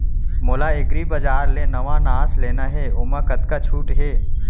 मोला एग्रीबजार ले नवनास लेना हे ओमा कतका छूट हे?